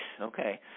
okay